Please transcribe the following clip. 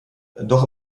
doch